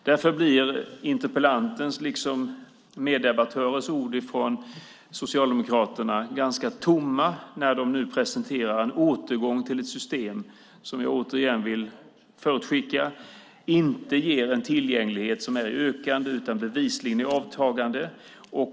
Därför blir interpellantens meddebattörers ord från Socialdemokraterna ganska tomma när de nu presenterar en återgång till ett system som, vilket jag återigen vill förutskicka, inte ger en tillgänglighet som är ökande utan bevisligen är avtagande.